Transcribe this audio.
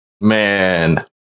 Man